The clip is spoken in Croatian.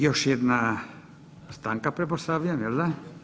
Još jedna stanka pretpostavljam, jel da?